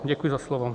Děkuji za slovo.